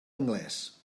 anglès